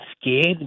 scared